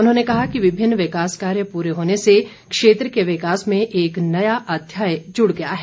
उन्होंने कहा कि विभिन्न विकास कार्य पूरे होने से क्षेत्र के विकास में एक नया अध्याय जुड़ गया है